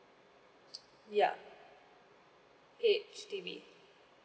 yeah H_D_B